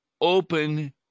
open